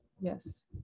Yes